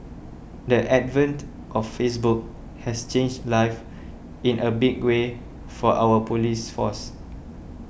the advent of Facebook has changed life in a big way for our police force